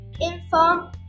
inform